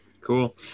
Cool